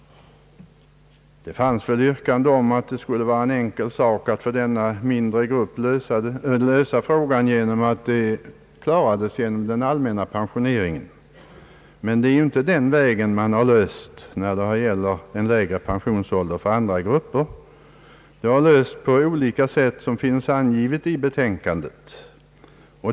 Det fanns väl yrkanden i den riktningen, att det skulle vara en enkel sak att för en mindre grupp lösa frågan inom den allmänna pensioneringen. Men det är inte den vägen man har löst frågor om lägre pensionsålder för andra grupper. De har lösts på olika sätt, som finns angivna i utlåtandet.